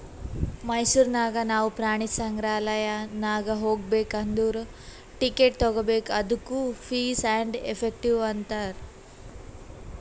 ಮೈಸೂರ್ ನಾಗ್ ನಾವು ಪ್ರಾಣಿ ಸಂಗ್ರಾಲಯ್ ನಾಗ್ ಹೋಗ್ಬೇಕ್ ಅಂದುರ್ ಟಿಕೆಟ್ ತಗೋಬೇಕ್ ಅದ್ದುಕ ಫೀಸ್ ಆ್ಯಂಡ್ ಎಫೆಕ್ಟಿವ್ ಅಂತಾರ್